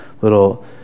little